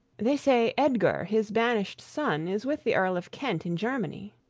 they say edgar, his banished son, is with the earl of kent in germany.